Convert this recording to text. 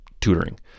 tutoring